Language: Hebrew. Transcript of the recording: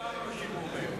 לא שילמו מיליון דולר.